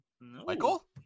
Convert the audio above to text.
Michael